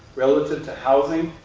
relative to housing,